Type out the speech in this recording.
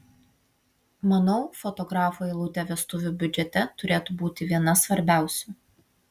manau fotografo eilutė vestuvių biudžete turėtų būti viena svarbiausių